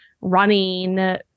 running